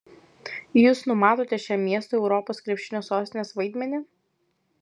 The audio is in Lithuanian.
jūs numatote šiam miestui europos krepšinio sostinės vaidmenį